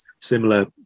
similar